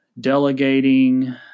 delegating